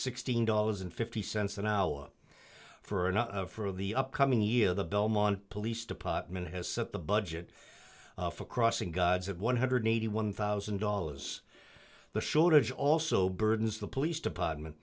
sixteen dollars and fifty cents an hour for an hour for the upcoming year the belmont police department has set the budget for crossing gods of one hundred and eighty one thousand dollars the shortage also burdens the police department